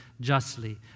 justly